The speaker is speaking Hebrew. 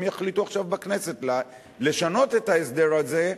יחליטו עכשיו בכנסת לשנות את ההסדר הזה,